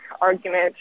argument